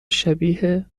شبیه